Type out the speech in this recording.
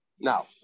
now